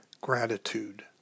Gratitude